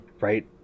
Right